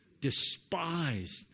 despised